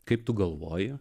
kaip tu galvoji